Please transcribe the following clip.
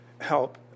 help